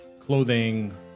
clothing